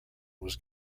was